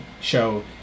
show